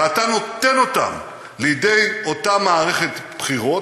ואתה נותן אותם לידי אותה מערכת בחירות,